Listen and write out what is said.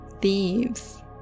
thieves